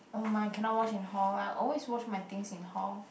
!oh my! cannot wash in hall I always wash my things in hall